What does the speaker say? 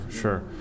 sure